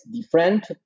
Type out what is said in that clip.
different